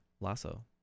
lasso